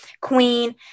Queen